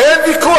אין ויכוח.